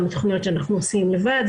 גם בתכניות שאנחנו עושים לבד.